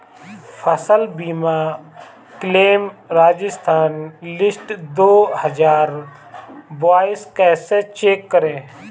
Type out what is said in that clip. फसल बीमा claim Rajasthan list दो हज़ार बाईस कैसे चेक करें?